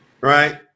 Right